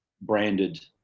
branded